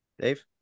Dave